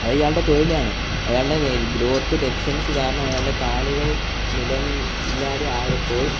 അതയാളുടെ തൊഴിലാണ് അയാളുടെ ക ഗ്രോത്ത് ഡെഫിഷ്യൻസി കാരണം അയാളുടെ കാലുകൾ നീളം ഇല്ലാതെ ആയപ്പോൾ